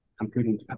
computing